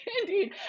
indeed